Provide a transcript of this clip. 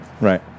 Right